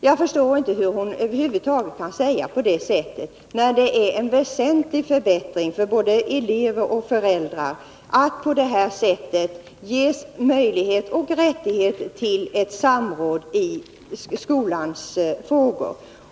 Jag förstår inte att hon över huvud taget kan tala på det sättet, eftersom det är en väsentlig förbättring för såväl elever som föräldrar att på detta sätt få möjlighet och rättighet till ett samråd om skolfrågorna.